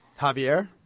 Javier